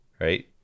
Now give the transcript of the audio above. right